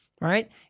right